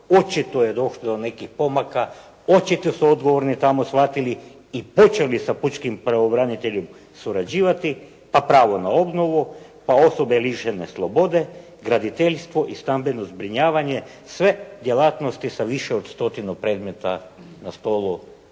očito je došlo do nekih pomaka, očito su odgovorni tamo shvatili i počeli sa pučkim pravobraniteljem surađivati, pa pravo na obnovu, pa osobe lišene slobode, graditeljstvo i stambeno zbrinjavanje, sve djelatnosti sa više od stotinu predmeta na stolu